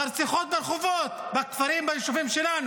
ברציחות ברחובות, בכפרים וביישובים שלנו.